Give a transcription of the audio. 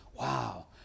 wow